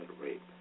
rape